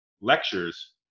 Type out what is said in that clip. lectures